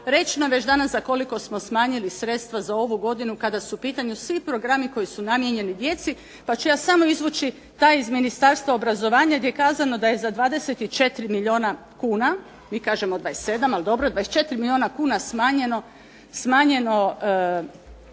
ću vam već danas koliko smo smanjili sredstva za ovu godinu kada su u pitanju svi programi koji su namijenjeni djeci, pa ću ja samo izvući taj iz Ministarstva obrazovanja gdje je kazano da je za 24 milijuna kuna, mi kažemo 27, ali dobro, 24 milijuna kuna smanjeno financiranje